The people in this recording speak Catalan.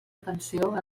atenció